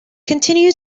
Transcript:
continue